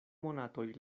monatoj